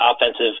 offensive